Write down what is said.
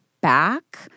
back